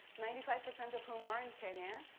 ninety five percent of whom are in kenya.